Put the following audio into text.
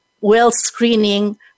well-screening